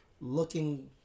looking